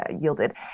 yielded